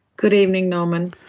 good evening norman.